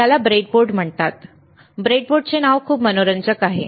याला ब्रेडबोर्ड म्हणतात ब्रेडबोर्डचे नाव खूप मनोरंजक आहे